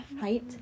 height